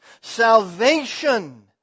Salvation